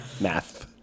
math